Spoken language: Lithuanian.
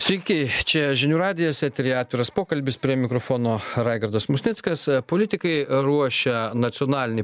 sveiki čia žinių radijas eteryje atviras pokalbis prie mikrofono raigardas musnickas politikai ruošia nacionalinį